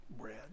bread